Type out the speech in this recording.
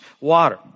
water